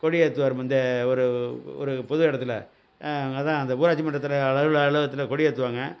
கொடி ஏத்துவார் வந்து ஒரு ஒரு பொது இடத்துல அதுதான் அந்த ஊராட்சி மன்ற தலைவர் அலுவலகத்தில் கொடி ஏற்றுவாங்க